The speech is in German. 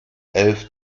elf